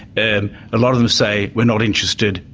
and a lot of them say we're not interested,